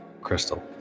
Crystal